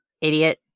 Idiot